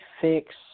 fix